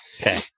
Okay